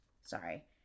sorry